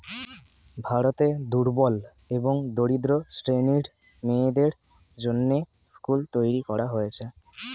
ভারতে দুর্বল এবং দরিদ্র শ্রেণীর মেয়েদের জন্যে স্কুল তৈরী করা হয়েছে